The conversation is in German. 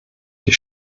die